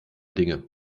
dinge